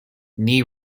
knee